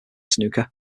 snooker